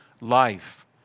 life